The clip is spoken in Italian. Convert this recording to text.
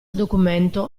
documento